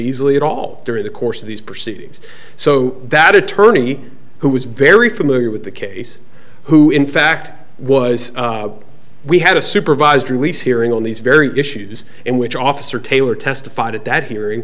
beasley at all during the course of these proceedings so that attorney who was very familiar with the case who in fact was we had a supervised release hearing on these very issues in which officer taylor testified at that hearing